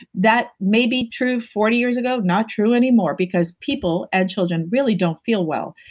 that may be true forty years ago, not true anymore because people and children really don't feel well,